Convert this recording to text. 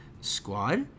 squad